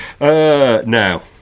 Now